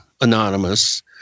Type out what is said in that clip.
anonymous